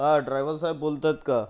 हा ड्रायव्हर साहेब बोलतात का